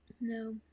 no